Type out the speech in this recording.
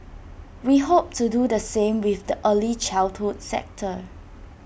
we hope to do the same with the early childhood sector